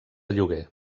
lloguer